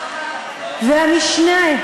והמשנֶה,